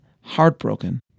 heartbroken